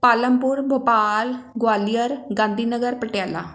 Palampur Bhopal Gwalior Gandhi Nagar Patiala